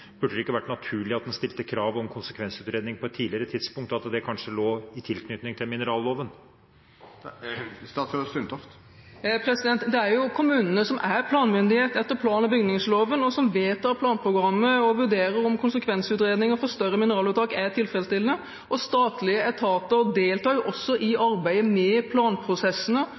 Burde det ikke vært naturlig at en stilte krav om konsekvensutredning på et tidligere tidspunkt, og at det kanskje lå i tilknytning til mineralloven? Det er jo kommunene som er planmyndighet etter plan- og bygningsloven, og som vedtar planprogrammet og vurderer om konsekvensutredninger for større mineraluttak er tilfredsstillende. Statlige etater deltar også i